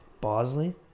Bosley